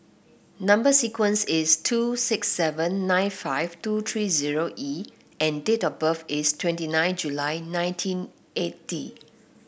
number sequence is two six seven nine five two three zero E and date of birth is twenty nine July nineteen eighty